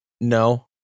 No